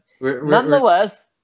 nonetheless